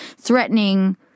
threatening